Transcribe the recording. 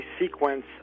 sequence